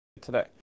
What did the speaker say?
today